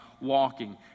walking